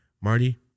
Marty